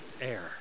Air